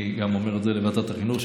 אני גם אומר את זה לוועדת החינוך,